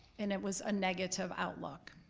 and it was a negative outlook,